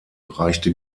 reichte